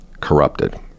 corrupted